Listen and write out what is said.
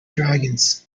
dragons